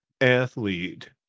athlete